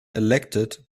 elected